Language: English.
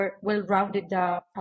well-rounded